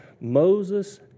Moses